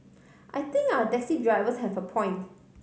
I think our taxi drivers have a point